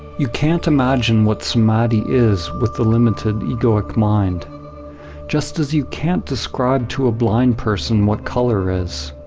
you can't imagine what samadhi is with the limited egoic mind just as you can't describe to a blind person what color is.